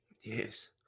Yes